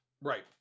Right